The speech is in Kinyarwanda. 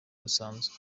rusanzwe